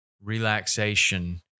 relaxation